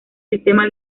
sistema